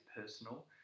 personal